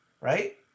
right